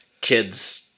kids